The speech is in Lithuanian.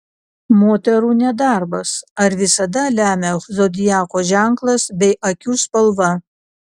moterų nedarbas ar visada lemia zodiako ženklas bei akių spalva